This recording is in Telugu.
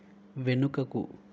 వెనుకకు